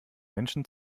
menschen